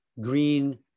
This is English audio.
green